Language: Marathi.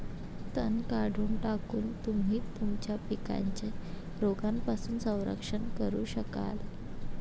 तण काढून टाकून, तुम्ही तुमच्या पिकांचे रोगांपासून संरक्षण करू शकाल